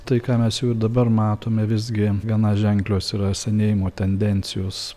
tai ką mes jau ir dabar matome visgi gana ženklios yra senėjimo tendencijos